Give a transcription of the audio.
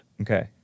Okay